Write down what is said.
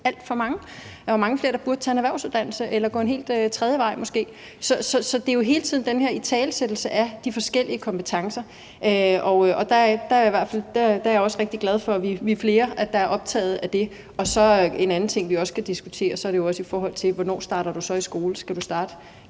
alt for mange. Der var mange flere, der burde tage en erhvervsuddannelse eller måske gå en helt tredje vej. Så det er jo hele tiden den her italesættelse af de forskellige kompetencer. Der er jeg også rigtig glad for, at vi er flere, der er optaget af det. En anden ting, vi kan diskutere, er også, hvornår du så starter i skole. Skal du starte,